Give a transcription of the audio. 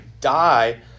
die